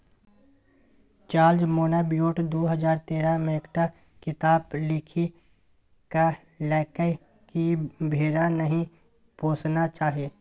George Monbiot दु हजार तेरह मे एकटा किताप लिखि कहलकै कि भेड़ा नहि पोसना चाही